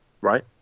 Right